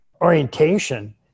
orientation